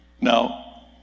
Now